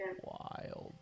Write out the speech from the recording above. wild